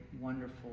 wonderful